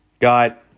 Got